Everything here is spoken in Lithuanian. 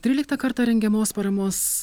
tryliktą kartą rengiamos paramos